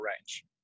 range